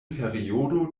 periodo